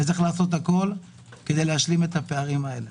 צריך לעשות הכול כדי להשלים את הפערים האלה.